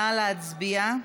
נא להצביע.